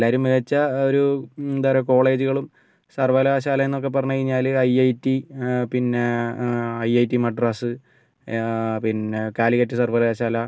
എല്ലാവരും മികച്ച ഒരു എന്താ പറയുക കോളേജുകളും സർവ്വകലാശാല എന്നൊക്കെ പറഞ്ഞു കഴിഞ്ഞാല് ഐ ഐ ടി പിന്നെ ഐ ഐ ടി മദ്രാസ് പിന്നെ കാലിക്കറ്റ് സർവ്വകലാശാല